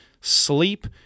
sleep